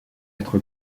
être